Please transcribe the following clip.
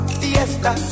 fiesta